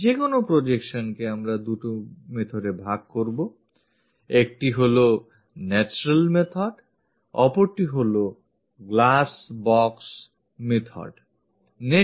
যেকোনো projectionকে আমরা দুটি method এ ভাগ করব একটি হল natural method অপরটি হল glass box method